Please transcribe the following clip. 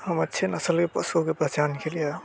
हम अच्छे नस्ल के पशुओं की पहचानने के लिए